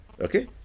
Okay